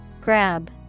Grab